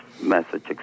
message